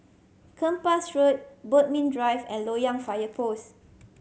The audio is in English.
Kempas Road Bodmin Drive and Loyang Fire Post